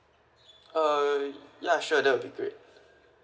(uh ya sure that would be great